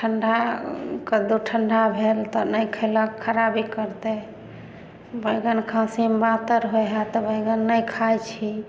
ठंडा कद्दू ठंडा भेल तऽ नहि खेलक खराबी करतै बैंगन खाँसीमे बातर होइ हइ तऽ बैंगन नहि खाइ छी